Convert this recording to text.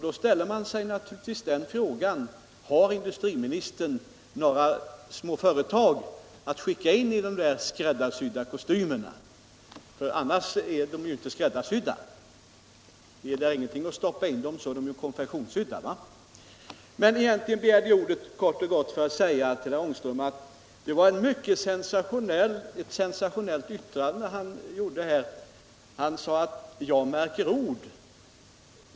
Då ställer man sig naturligtvis frågan: Har industriministern några små företag att skicka in ide skräddarsydda kostymerna? Annars är de ju inte skräddarsydda. Finns det ingenting att stoppa in i dem är de ju konfektionssydda. Egentligen begärde jag ordet kort och gott för att säga till herr Ångström att det var ett mycket sensationellt yttrande när han sade att jag märker ord.